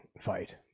fight